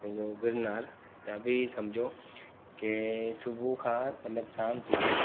पंहिंजो गिगनार त बि सम्झो के सुबुह खां मतिलबु साम सुधी